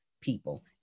people